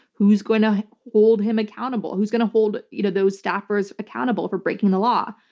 who's going to hold him accountable? who's going to hold you know those staffers accountable for breaking the law?